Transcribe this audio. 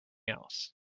else